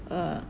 uh